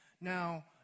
Now